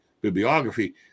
bibliography